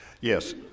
Yes